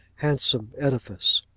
handsome edifice.